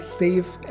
safe